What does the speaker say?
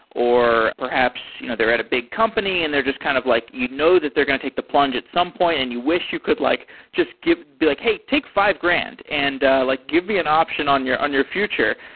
or perhaps you know they're at a big company and they're just kind of like you know that they're going to take the plunge at some point and you wish you could like just be like, hey, take five grand, and like give me an option on your on your future.